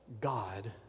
God